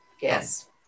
Yes